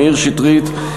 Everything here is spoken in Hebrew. מאיר שטרית,